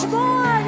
more